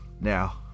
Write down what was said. Now